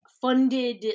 funded